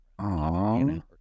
Aww